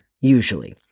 Usually